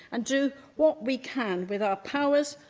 and do what we can with our powers,